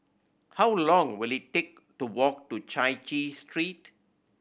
how long will it take to walk to Chai Chee Street